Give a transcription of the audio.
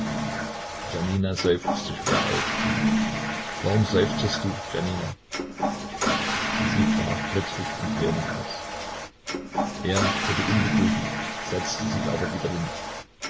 janina seufzte schwer auf warum seufzest du jania sie brach plötzlich in tränen aus er wurde ungeduldig setzte sich aber wieder hin